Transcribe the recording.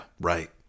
right